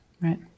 Right